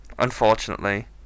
unfortunately